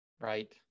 right